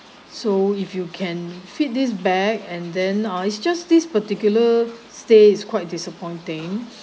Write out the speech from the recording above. so if you can feed this back and then ah it's just this particular stay is quite disappointing